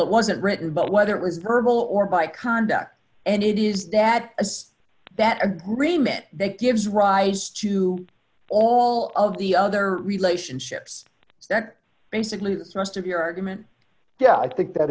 it wasn't written but whether it was verbal or by conduct and it is that as that agreement that gives rise to all of the other relationships that basically the thrust of your argument yeah i think that